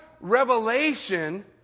revelation